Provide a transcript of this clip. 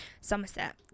Somerset